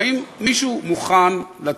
לא לא.